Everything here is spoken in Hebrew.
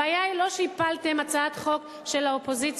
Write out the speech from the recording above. הבעיה היא לא שהפלתם הצעת חוק של האופוזיציה,